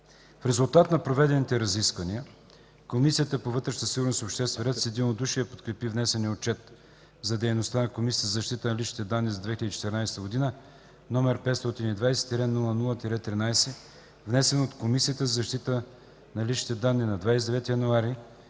В резултат на проведените разисквания Комисията по вътрешна сигурност и обществен ред с единодушие подкрепи внесения Отчет за дейността на Комисията за защита на личните данни за 2014 г., № 520-00-13, внесен от Комисията за защита на личните данни на 29 януари